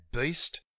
beast